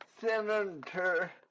senator